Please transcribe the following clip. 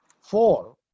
Four